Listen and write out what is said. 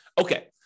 Okay